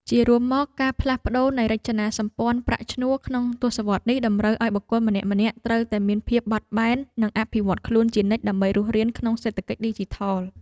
ជារួមមក ការផ្លាស់ប្តូរនៃរចនាសម្ព័ន្ធប្រាក់ឈ្នួលក្នុងទសវត្សរ៍នេះតម្រូវឱ្យបុគ្គលម្នាក់ៗត្រូវតែមានភាពបត់បែន និងអភិវឌ្ឍខ្លួនជានិច្ចដើម្បីរស់រានក្នុងសេដ្ឋកិច្ចឌីជីថល។